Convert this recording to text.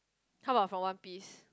how about from one piece